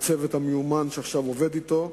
והצוות המיומן שעכשיו עובד אתו.